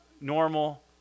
normal